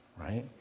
right